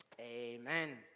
Amen